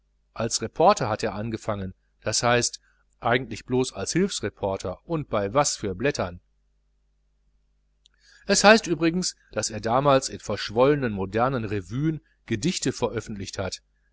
als reporter hat er angefangen d h eigentlich blos als hilfsreporter und bei was für blättern es heißt übrigens daß er damals in verschollenen modernen revüen gedichte veröffentlicht hat